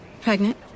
Pregnant